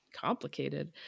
complicated